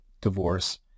divorce